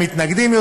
מתנגדים,